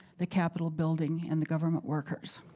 the capital building, and the government workers.